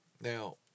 Now